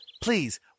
Please